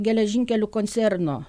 geležinkelių koncerno